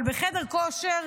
אבל בחדר כושר,